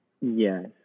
Yes